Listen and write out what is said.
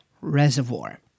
reservoir